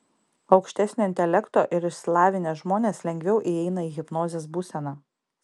aukštesnio intelekto ir išsilavinę žmonės lengviau įeina į hipnozės būseną